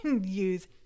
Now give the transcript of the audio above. use